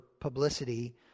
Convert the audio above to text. publicity